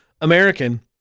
American